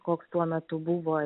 koks tuo metu buvo